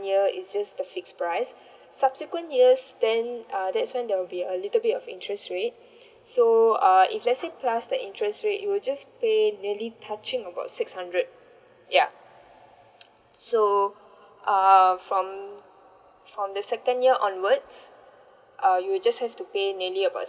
year it's just the fix price subsequent years then uh that's one there will be a little bit of interest rate so uh if let say plus the interest rate it will just pay nearly touching about six hundred ya so uh from from the second year onwards uh you'll just have to pay nearly about